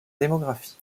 démographie